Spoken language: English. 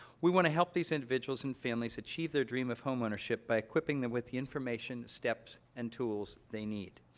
we want to help these individuals and families achieve their dream of homeownership by equipping them with the information, steps, and tools they need.